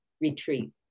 retreat